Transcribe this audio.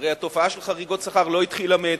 הרי התופעה של חריגות שכר לא התחילה אתמול,